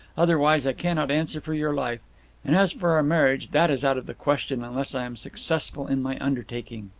otherwise i cannot answer for your life and, as for our marriage, that is out of the question unless i am successful in my undertaking.